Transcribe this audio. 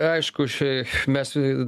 aišku mes